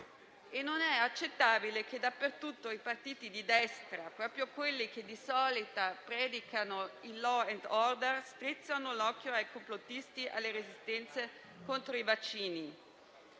inoltre accettabile che dappertutto i partiti di destra, proprio quelli che di solito predicano *law and order,* strizzino l'occhio ai complottisti e alle resistenze contro i vaccini.